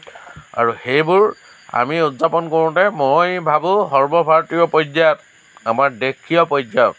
আৰু সেইবোৰ আমি উদযাপন কৰোঁতে মই ভাবোঁ সৰ্বভাৰতীয় পৰ্য্য়ায়ত আমাৰ দেশীয় পৰ্য্য়ায়ত